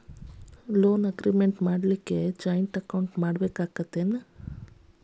Loan agreement ಮಾಡ್ಲಿಕ್ಕೆ joint account ಮಾಡ್ಬೆಕಾಕ್ಕತೇ?